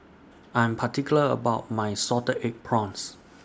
I'm particular about My Salted Egg Prawns